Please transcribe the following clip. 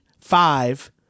five